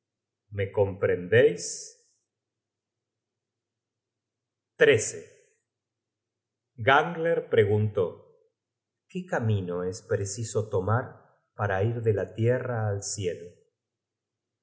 me comprendeis gangler preguntó qué camino es preciso tomar para ir de la tierra al cielo